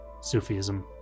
Sufism